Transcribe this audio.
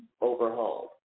overhauled